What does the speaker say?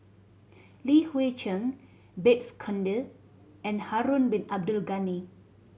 Li Hui Cheng Babes Conde and Harun Bin Abdul Ghani